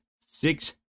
six